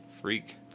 freak